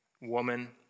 woman